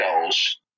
goals